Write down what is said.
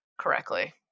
correctly